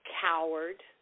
coward